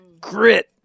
grit